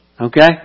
Okay